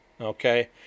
okay